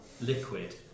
liquid